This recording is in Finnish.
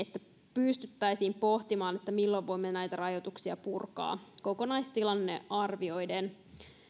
pystyttäisiin myös pohtimaan milloin voimme näitä rajoituksia purkaa kokonaistilanne arvioiden